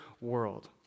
world